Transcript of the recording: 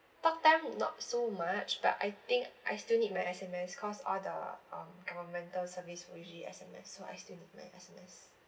talktime not so much but I think I still need my S_M_S cause all the um governmental service will usually S_M_S so I still need my S_M_S